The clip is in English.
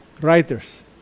writers